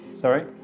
Sorry